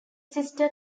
sister